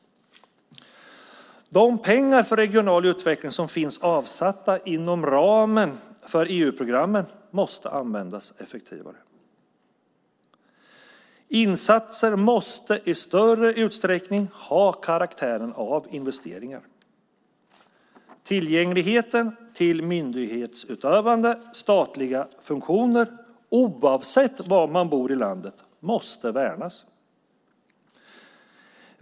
De pengar för regional utveckling som finns avsatta inom ramen för EU-programmen måste användas effektivare. Insatser måste i större utsträckning ha karaktären av investeringar. Tillgängligheten till myndighetsutövande statliga funktioner, oavsett var i landet man bor, måste värnas.